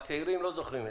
"(2)טיסה לפינוי חירום רפואי,